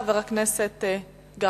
חבר הכנסת גפני.